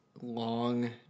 long